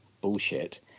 bullshit